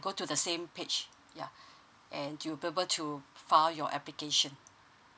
go to the same page yeah and you'll be able to file your application